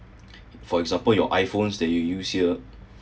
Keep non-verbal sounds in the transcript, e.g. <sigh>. <breath> for example your iphones that you use here